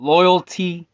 Loyalty